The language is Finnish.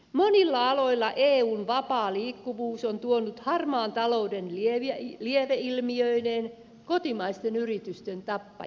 monilla aloilla eun vapaa liikkuvuus on tuonut harmaan talouden lieveilmiöineen kotimaisten yritysten tappajaksi